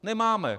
Nemáme.